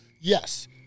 yes